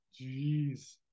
Jeez